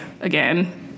again